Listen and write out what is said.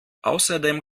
außerdem